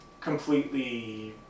completely